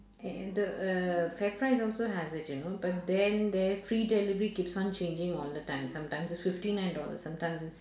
and the err fairprice also has it you know but then their free delivery keeps on changing all the time sometimes it's fifty nine dollars sometimes it's